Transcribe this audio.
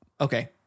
Okay